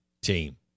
team